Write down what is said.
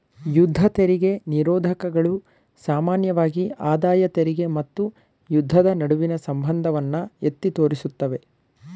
ಯುದ್ಧ ತೆರಿಗೆ ನಿರೋಧಕಗಳು ಸಾಮಾನ್ಯವಾಗಿ ಆದಾಯ ತೆರಿಗೆ ಮತ್ತು ಯುದ್ಧದ ನಡುವಿನ ಸಂಬಂಧವನ್ನ ಎತ್ತಿ ತೋರಿಸುತ್ತವೆ